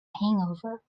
hangover